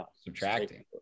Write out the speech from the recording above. subtracting